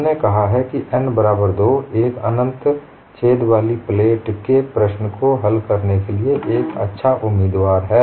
हमने कहा है कि n बराबर 2 एक अनंत छेद वाली प्लेट की प्रश्न को हल करने के लिए एक अच्छा उम्मीदवार है